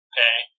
Okay